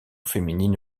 féminine